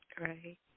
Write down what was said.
Right